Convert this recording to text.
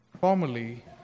Formerly